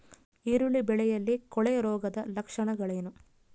ಈರುಳ್ಳಿ ಬೆಳೆಯಲ್ಲಿ ಕೊಳೆರೋಗದ ಲಕ್ಷಣಗಳೇನು?